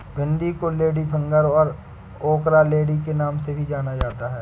भिन्डी को लेडीफिंगर और ओकरालेडी के नाम से भी जाना जाता है